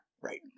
Right